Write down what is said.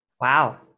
wow